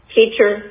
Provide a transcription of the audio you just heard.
Teacher